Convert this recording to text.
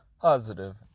positive